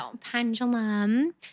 pendulum